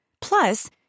Plus